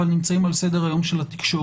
אבל נמצאים על סדר היום של התקשורת.